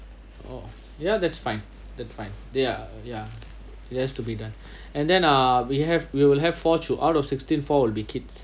oh yeah that's fine that's fine there yeah it has to be done and then uh we have we will have four chil~ out of sixteen four will be kids